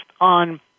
on